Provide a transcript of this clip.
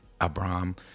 Abram